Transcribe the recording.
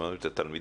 שמענו את התלמידים.